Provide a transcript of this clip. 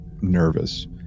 nervous